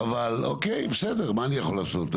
מה אני יכול לעשות.